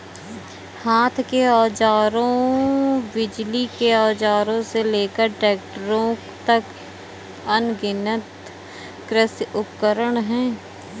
हाथ के औजारों, बिजली के औजारों से लेकर ट्रैक्टरों तक, अनगिनत कृषि उपकरण हैं